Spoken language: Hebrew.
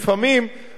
אנחנו היום,